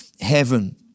heaven